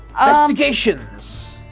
investigations